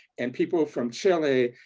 and people from chile,